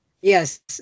Yes